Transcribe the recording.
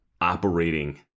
Operating